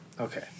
Okay